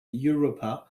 europa